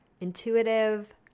intuitive